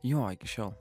jo iki šiol